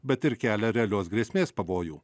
bet ir kelia realios grėsmės pavojų